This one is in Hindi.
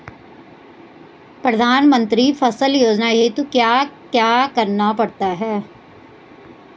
प्रधानमंत्री फसल योजना हेतु क्या क्या करना पड़ता है?